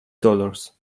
dollars